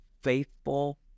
faithful